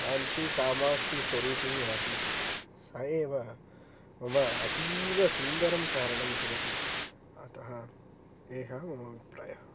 काञ्चीकामाक्षिस्वरूपिणी आसीत् सा एव मम अतीवसुन्दरं चारणं भवति अतः एषः मम अभिप्रायः